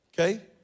Okay